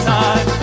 time